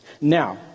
Now